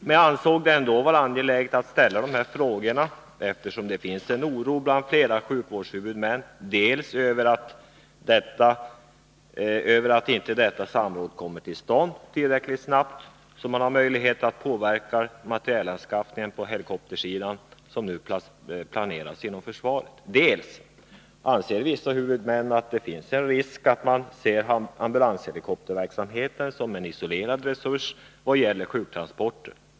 Men jag ansåg det ändå angeläget att ställa dessa frågor, dels därför att det finns en oro bland flera sjukvårdshuvudmän över att inte detta samråd kommer till stånd tillräckligt snart, så att man har möjlighet att påverka materielanskaffningen på helikoptersidan, som nu planeras inom försvaret, dels därför att vissa huvudmän anser att det finns en risk för att man ser ambulanshelikopterverksamheten som en isolerad resurs när det gäller sjuktransporter.